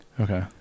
okay